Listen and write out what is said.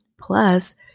Plus